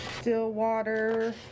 Stillwater